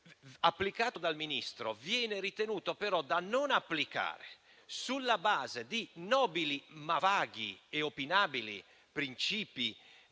applicato dal Ministro, viene ritenuto però da non applicare sulla base di nobili, ma vaghi e opinabili principi